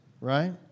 right